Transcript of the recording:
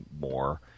more